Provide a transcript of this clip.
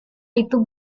itu